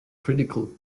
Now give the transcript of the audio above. critical